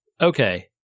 Okay